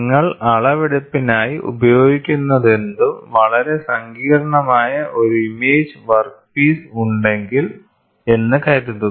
നിങ്ങൾ അളവെടുപ്പിനായി ഉപയോഗിക്കുന്നതെന്തും വളരെ സങ്കീർണ്ണമായ ഒരു ഇമേജ് വർക്ക്പീസ് ഉണ്ടെങ്കിൽ എന്ന് കരുതുക